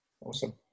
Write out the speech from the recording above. awesome